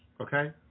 okay